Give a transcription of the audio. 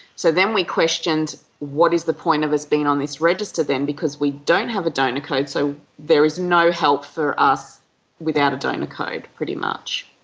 so then we questioned what is the point us being on this register then because we don't have a donor code, so there is no help for us without a donor code pretty much.